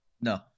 No